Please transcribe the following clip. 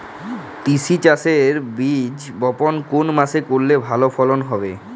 তিসি চাষের বীজ বপন কোন মাসে করলে ভালো ফলন হবে?